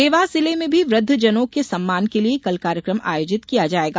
देवास जिले में भी वृद्धजनों के सम्मान के लिये कल कार्यक्रम आयोजित किया जाएगा